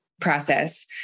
process